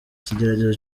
ikigeragezo